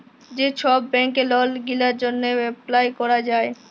যে ছব ব্যাংকে লল গিলার জ্যনহে এপ্লায় ক্যরা যায়